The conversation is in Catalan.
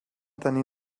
tenir